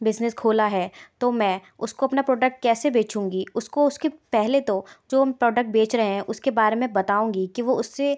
business खोला है तो मैं उसको अपना प्रोडक्ट कैसे बेचूँगी उसको उसके पहले तो जो हम प्रोडक्ट बेच रहे उसके बारे में बताऊँगी कि वह उससे